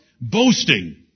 boasting